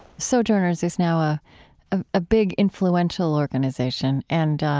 sojourners is now a ah ah big influential organization. and,